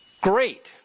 Great